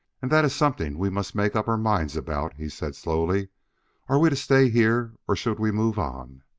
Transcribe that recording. and that is something we must make up our minds about, he said slowly are we to stay here, or should we move on?